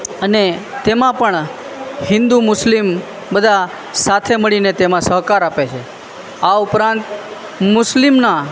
અને તેમાં પણ હિન્દુ મુસ્લિમ બધા સાથે મળીને તેમાં સહકાર આપે છે આ ઉપરાંત મુસ્લિમના